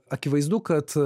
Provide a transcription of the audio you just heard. akivaizdu kad